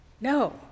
no